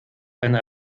eine